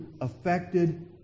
affected